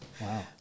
Wow